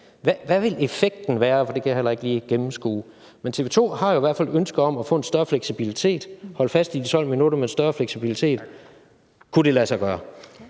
hvad effekten vil være, for det kan jeg heller ikke lige gennemskue. Men TV 2 har jo i hvert fald et ønske om at holde fast i de 12 minutter med en større fleksibilitet. Kunne det lade sig gøre?